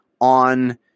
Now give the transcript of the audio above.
on